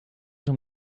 him